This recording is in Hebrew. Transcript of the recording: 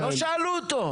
לא שאלו אותו.